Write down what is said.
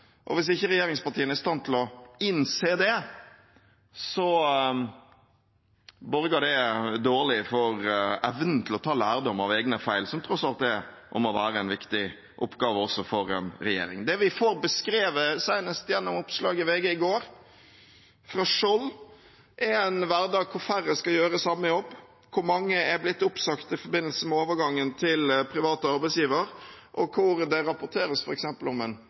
og hvis ikke regjeringspartiene er i stand til å innse det, borger det dårlig for evnen til å ta lærdom av egne feil, som tross alt er og må være en viktig oppgave også for en regjering. Det vi får beskrevet, senest gjennom oppslag i VG i går, fra Skjold, er en hverdag hvor færre skal gjøre samme jobb, hvor mange er blitt oppsagt i forbindelse med overgangen til privat arbeidsgiver, og hvor det f.eks. rapporteres om en